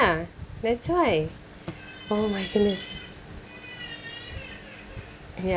that's why oh my goodness ya